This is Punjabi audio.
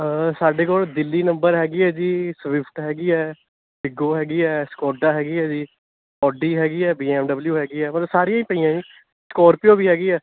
ਸਾਡੇ ਕੋਲ ਦਿੱਲੀ ਨੰਬਰ ਹੈਗੀ ਹੈ ਜੀ ਸਵਿਫਟ ਹੈਗੀ ਹੈ ਫਿਗੋ ਹੈਗੀ ਹੈ ਸਕੋਡਾ ਹੈਗੀ ਹੈ ਜੀ ਓਡੀ ਹੈਗੀ ਹੈ ਬੀ ਐਮ ਡਬਲਯੂ ਹੈਗੀ ਹੈ ਮਤਲਬ ਸਾਰੀਆਂ ਹੀ ਪਈਆਂ ਜੀ ਸਕਾਰਪੀਓ ਵੀ ਹੈਗੀ ਹੈ